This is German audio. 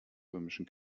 römischen